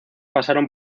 pasaron